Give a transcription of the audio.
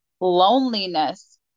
loneliness